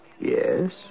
Yes